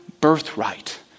birthright